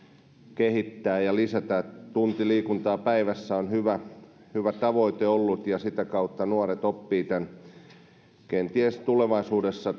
kehittää ja lisätä tunti liikuntaa päivässä on hyvä hyvä tavoite ollut ja sitä kautta nuoret oppivat kenties tulevaisuudessa